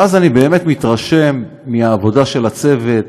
אז אני באמת מתרשם מהעבודה של הצוות,